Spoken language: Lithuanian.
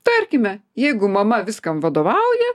tarkime jeigu mama viskam vadovauja